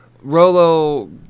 Rolo